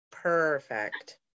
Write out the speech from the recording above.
Perfect